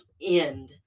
end